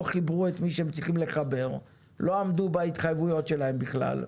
חיברו את מי שהם צריכים לחבר ולא עמדו בהתחייבויות שלהם בכלל,